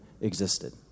existed